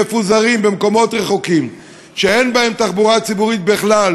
מפוזרים במקומות רחוקים שאין בהם תחבורה ציבורית בכלל,